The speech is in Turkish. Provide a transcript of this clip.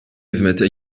hizmeti